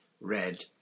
red